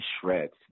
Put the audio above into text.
shreds